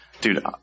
Dude